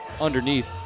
underneath